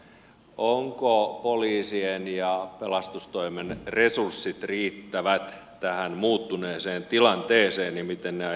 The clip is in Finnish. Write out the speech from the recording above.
ovatko poliisin ja pelastustoimen resurssit riittävät tähän muuttuneeseen tilanteeseen ja miten ne aiotaan korjata